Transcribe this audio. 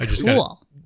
Cool